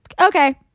okay